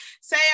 say